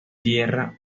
tierra